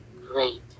great